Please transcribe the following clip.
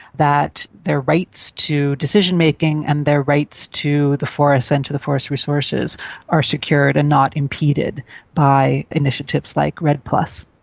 that their rights to decision making and their rights to the forests and to the forest resources are secured and not impeded by initiatives like redd plus.